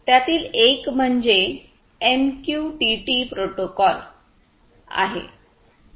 त्यातील एक म्हणजे एमक्यूटीटी प्रोटोकॉल आहे